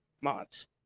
mods